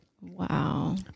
Wow